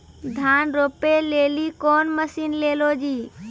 धान रोपे लिली कौन मसीन ले लो जी?